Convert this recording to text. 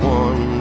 one